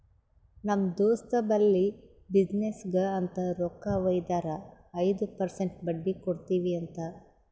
ನಮ್ ದೋಸ್ತ್ ಬಲ್ಲಿ ಬಿಸಿನ್ನೆಸ್ಗ ಅಂತ್ ರೊಕ್ಕಾ ವೈದಾರ ಐಯ್ದ ಪರ್ಸೆಂಟ್ ಬಡ್ಡಿ ಕೊಡ್ತಿವಿ ಅಂತ್